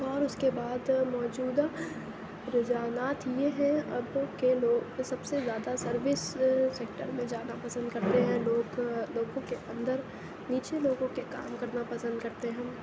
اور اُس کے بعد موجودہ رجحانات یہ ہیں اب کہ لوگ سب سے زیادہ سروس سیکٹر میں جانا پسند کرتے ہیں لوگ لوگوں کے اندر نیچے لوگوں کے کام کرنا پسند کرتے ہیں